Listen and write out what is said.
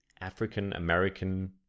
African-American